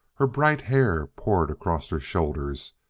her bright hair poured across her shoulders,